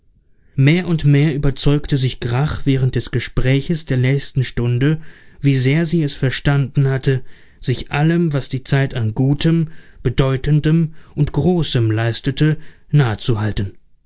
mehr und mehr überzeugte sich grach während des gespräches der nächsten stunde wie sehr sie es verstanden hatte sich allem was die zeit an gutem bedeutendem und großem leistete nah zu halten